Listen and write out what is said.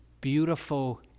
beautiful